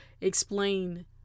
explain